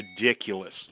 ridiculous